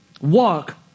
Walk